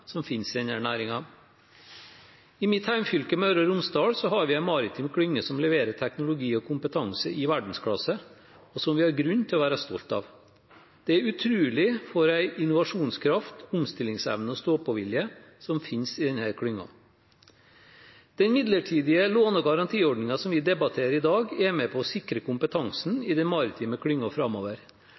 som finnes i denne næringen. I mitt hjemfylke, Møre og Romsdal, har vi en maritim klynge som leverer teknologi og kompetanse i verdensklasse, og som vi har grunn til å være stolt av. Det er utrolig h innovasjonskraft, omstillingsevne og stå på-vilje som finnes i denne klyngen. Den midlertidige låne- og garantiordningen vi debatterer i dag, er med på å sikre kompetansen i den maritime klyngen framover.